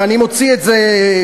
ואני מוציא את זה,